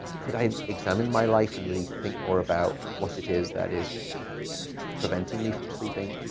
could i examine my life and really think more about what it is that is preventing me from sleeping.